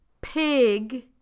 pig